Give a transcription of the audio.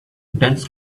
dense